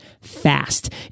fast